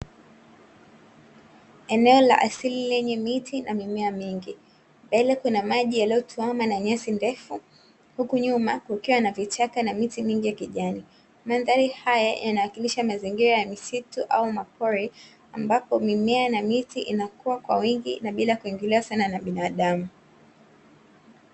Eneo la asili lenye miti na mimea mingi, mbele kuna maji yaliyotuama na nyasi ndefu, huku nyuma kukiwa na vichaka na miti mingi ya kijani. Mandhari haya yanawakilisha mazingira ya misitu au mapori, ambapo mimea na miti inakuwa kwa wingi na bila kuingiliwa sana na bianadamu.